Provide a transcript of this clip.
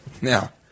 Now